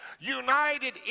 united